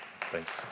thanks